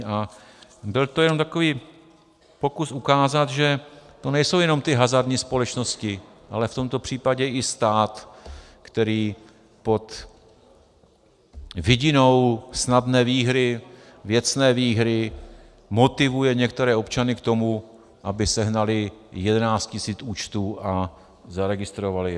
A byl to jenom takový pokus ukázat, že to nejsou jenom ty hazardní společnosti, ale v tomto případě i stát, který pod vidinou snadné výhry, věcné výhry, motivuje některé občany k tomu, aby sehnali 11 tisíc účtů a zaregistrovali je.